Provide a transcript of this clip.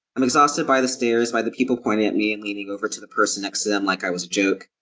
i'm exhausted by the stares, by the people pointing at me and leaning over to the person next to them like i was a joke.